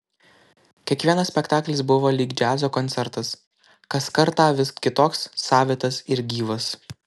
kiekvienas spektaklis buvo lyg džiazo koncertas kas kartą vis kitoks savitas ir gyvas